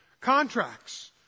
Contracts